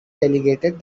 delegated